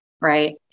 Right